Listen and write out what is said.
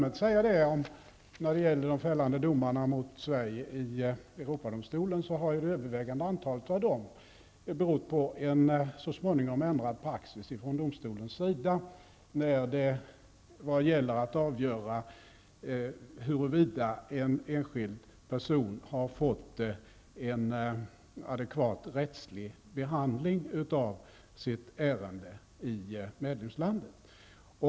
När det gäller de fällande domarna mot Sverige i Europadomstolen vill jag rent allmänt säga att det övervägande antalet av dem har berott på en så småningom ändrad praxis från domstolens sida när det gäller att avgöra huruvida en enskild person har fått en adekvat rättslig behandling av sitt ärende i medlemslandet.